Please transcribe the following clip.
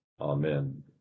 Amen